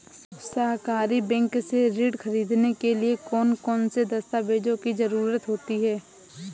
सहकारी बैंक से ऋण ख़रीदने के लिए कौन कौन से दस्तावेजों की ज़रुरत होती है?